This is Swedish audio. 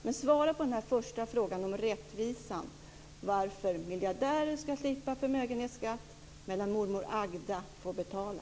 Men svara på första frågan om rättvisan, varför miljardärer ska slippa förmögenhetsskatt medan mormor Agda får betala.